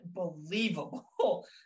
unbelievable